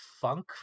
funk